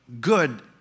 Good